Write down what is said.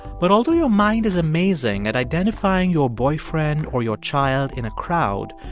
but although your mind is amazing at identifying your boyfriend or your child in a crowd,